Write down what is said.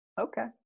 Okay